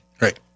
Right